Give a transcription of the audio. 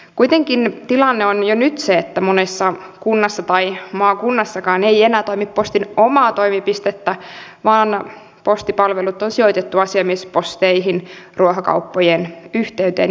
kuitenkin tilanne on jo nyt se että monessa kunnassa tai maakunnassakaan ei enää toimi postin omaa toimipistettä vaan postipalvelut on sijoitettu asiamiesposteihin ruokakauppojen yhteyteen